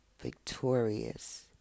victorious